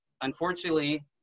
unfortunately